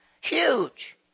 Huge